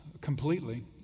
completely